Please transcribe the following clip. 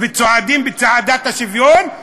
וצועדים בצעדת השוויון,